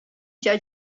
gia